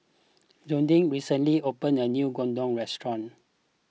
Jodie recently opened a new Gyudon restaurant